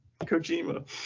Kojima